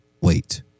wait